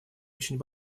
очень